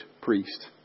priest